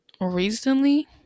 recently